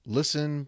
Listen